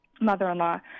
mother-in-law